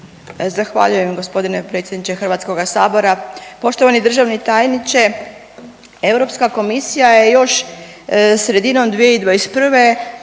Zahvaljujem gospodine potpredsjedniče Hrvatskoga sabora. Poštovani državni tajniče, kolegice i kolege, dakle